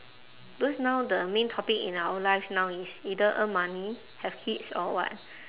because now the main topic in our life now is either earn money have kids or what